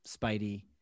Spidey